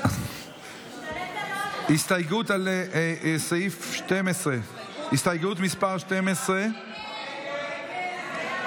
הסתייגות מס' 12. הסתייגות 12 לא נתקבלה.